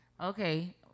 okay